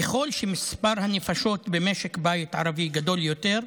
ככל שמספר הנפשות במשק בית ערבי גדול יותר,